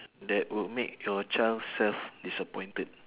that would make your child self disappointed